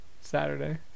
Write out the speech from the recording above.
Saturday